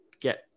get